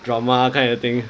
drama kind of thing